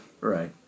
Right